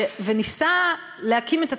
וניסה להקים את עצמו,